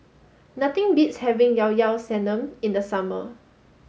nothing beats having Llao Llao Sanum in the summer